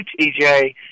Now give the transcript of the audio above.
TJ